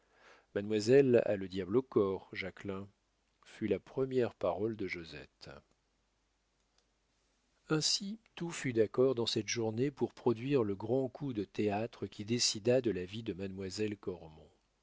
mademoiselle a le diable au corps jacquelin fut la première parole de josette ainsi tout fut d'accord dans cette journée pour produire le grand coup de théâtre qui décida de la vie de